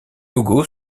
logo